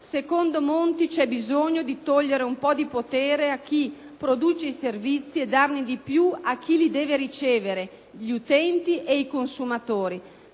Secondo Monti c'è bisogno di togliere un po' di potere a chi produce i servizi per darne di più a chi li deve ricevere: gli utenti e i consumatori.